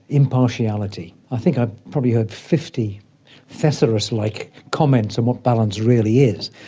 impartiality. i think i've probably heard fifty thesaurus-like comments on what balance really is.